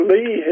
Lee